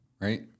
right